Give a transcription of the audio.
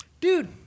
dude